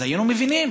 אז היינו מבינים.